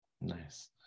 Nice